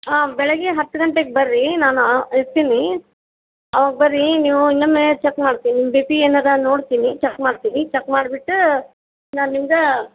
ಹಾಂ ಬೆಳಗ್ಗೆ ಹತ್ತು ಗಂಟೆಗೆ ಬನ್ರಿ ನಾನು ಇರ್ತೀನಿ ಅವಾಗ ಬನ್ರಿ ನೀವು ಇನ್ನೊಮ್ಮೆ ಚೆಕ್ ಮಾಡ್ತೀನಿ ನಿಮ್ಮ ಬಿ ಪಿ ಏನಾರ ನೋಡ್ತೀನಿ ಚೆಕ್ ಮಾಡ್ತೀನಿ ಚೆಕ್ ಮಾಡ್ಬಿಟ್ಟು ನಾನು ನಿಮ್ಗೆ